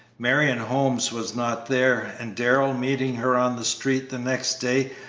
marion holmes was not there, and darrell, meeting her on the street the next day,